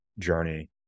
Journey